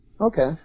Okay